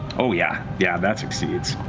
oh, yeah. yeah, that succeeds.